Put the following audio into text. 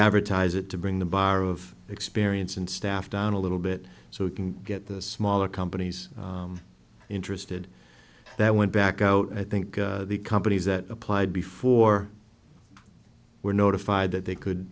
for ties it to bring the buyer of experience and staff down a little bit so we can get the smaller companies interested that went back out i think the companies that applied before were notified that they could